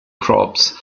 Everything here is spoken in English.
crops